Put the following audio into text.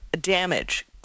damage